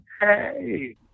hey